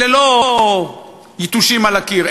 אלה לא יתושים על הקיר.